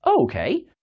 Okay